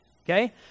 okay